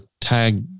tag